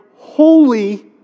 Holy